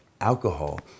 Alcohol